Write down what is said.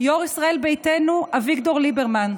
ויו"ר ישראל ביתנו אביגדור ליברמן.